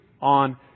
on